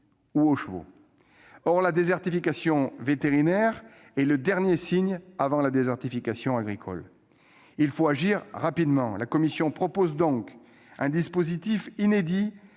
ou aux chevaux. C'est sûr ! Or la désertification vétérinaire est le dernier signe avant la désertification agricole. Il faut agir rapidement. La commission propose donc un dispositif inédit